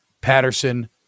Patterson